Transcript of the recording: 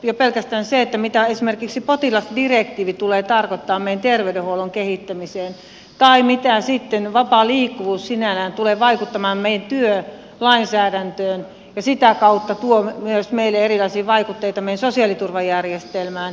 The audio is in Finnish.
jo pelkästään se mitä esimerkiksi potilasdirektiivi tulee tarkoittamaan meidän terveydenhuollon kehittämisessä tai miten vapaa liikkuvuus sinällään tulee vaikuttamaan meidän työlainsäädäntöön ja sitä kautta tuo myös erilaisia vaikutteita meidän sosiaaliturvajärjestelmään